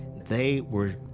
they were,